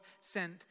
sent